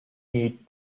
need